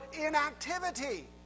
inactivity